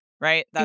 Right